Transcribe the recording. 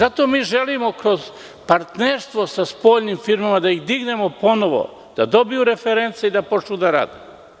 Zato mi želimo kroz partnerstvo sa spoljnim firmama da ih dignemo ponovo, da dobiju reference i da počnu da rade.